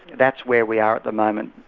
that's where we are at the moment.